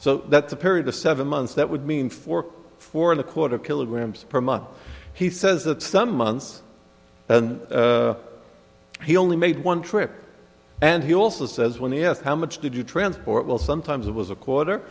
so that the period of seven months that would mean for four and a quarter kilograms per month he says that some months and he only made one trip and he also says when he asked how much did you transport well sometimes it was a quarter